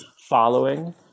following